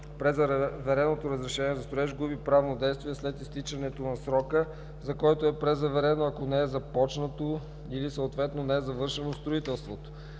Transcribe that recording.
Презавереното разрешение за строеж губи правно действие след изтичането на срока, за който е презаверено, ако не е започнато или съответно не е завършено строителството.